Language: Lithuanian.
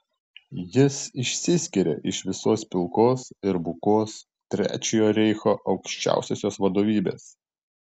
jis išsiskiria iš visos pilkos ir bukos trečiojo reicho aukščiausiosios vadovybės